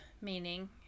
meaning